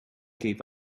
gave